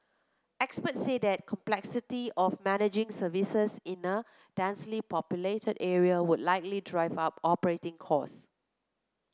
expert say that complexity of managing services in a densely populated area would likely drive up operating costs